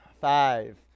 five